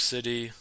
City